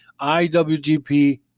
iwgp